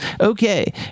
okay